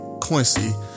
Quincy